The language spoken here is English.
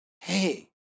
hey